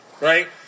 Right